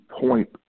point